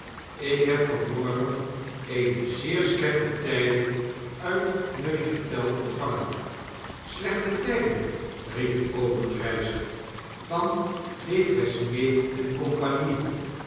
ik heb van morgen eene zeer slechte tgding uit neuchatel ontvangen slechte tgding i riep obenreizer van defresnier en